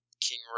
King